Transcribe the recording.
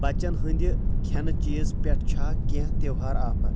بَچن ہٕنٛدِ کھٮیٚنہٟ چیٖز پٮ۪ٹھ چھا کینٛہہ تیٚہوار آفر